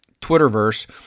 Twitterverse